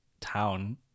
town